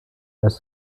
als